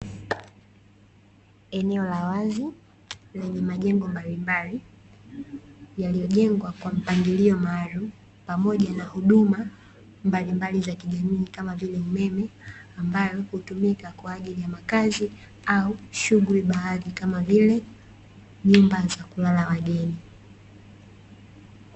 Eneo la wazi lenye majengo mbalimbali yaliyojengwa kwa mpangilio maalumu pamoja na huduma mbalimbali za kijamii kama vile umeme ambayo hutumika kwa ajili ya makazi au shughuli baadhi kama vile nyumba za kulala wageni.